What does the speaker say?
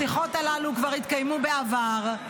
השיחות הללו כבר התקיימו בעבר.